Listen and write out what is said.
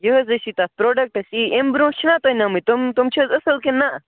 یہِ حظ ٲسی تَتھ پرٛوڈَکٹَس یی اَمہِ برٛونٛٹھ چھُنا تۄہہِ نٔمٕتۍ تِم تِم چھِ حظ اَصٕل کِنہٕ نہَ